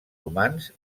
humans